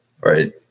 right